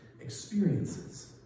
experiences